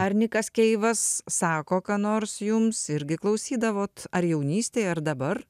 ar nikas keivas sako ką nors jums irgi klausydavot ar jaunystėje ar dabar